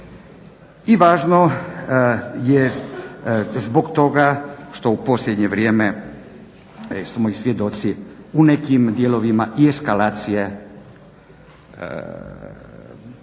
i važno je zbog toga što u posljednje vrijeme smo i svjedoci u nekim dijelovima i eskalacije